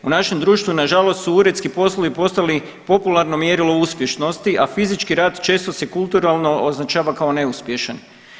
U našem društvu nažalost su uredski poslovi postali popularno mjerilo uspješnosti, a fizički rad često se kulturalno označava kao neuspješan.